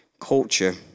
culture